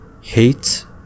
Hate